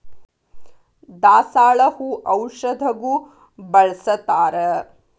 ದಾಸಾಳ ಹೂ ಔಷಧಗು ಬಳ್ಸತಾರ